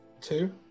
Two